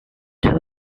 two